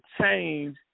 change